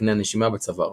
בקנה הנשימה בצוואר